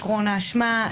עיקרון האשמה,